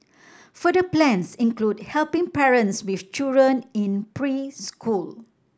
further plans include helping parents with children in preschool